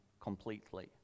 completely